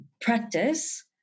practice